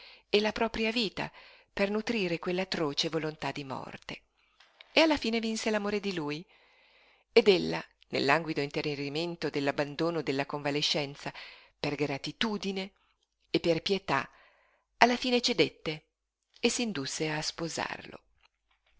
e la propria vita per nutrire quell'atroce volontà di morte e alla fine vinse l'amore di lui ed ella nel languido intenerimento e nell'abbandono della convalescenza per gratitudine e per pietà alla fine cedette e s'indusse a sposarlo